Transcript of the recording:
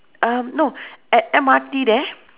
um no at M_R_T there